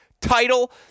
title-